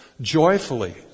joyfully